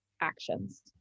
actions